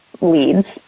leads